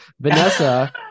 Vanessa